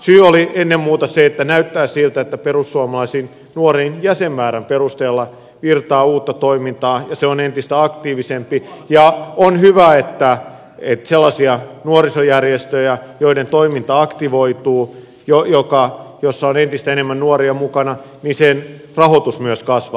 syy oli ennen muuta se että näyttää siltä että perussuomalaisiin nuoriin jäsenmäärän perusteella virtaa uutta toimintaa ja se on entistä aktiivisempi ja on hyvä että sellaisten nuorisojärjestöjen joiden toiminta aktivoituu joissa on entistä enemmän nuoria mukana rahoitus myös kasvaa